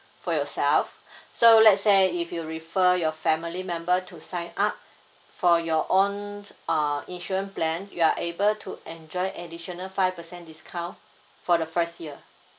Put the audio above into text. for yourself so let's say if you refer your family member to sign up for your own uh insurance plan you are able to enjoy additional five percent discount for the first year